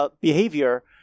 behavior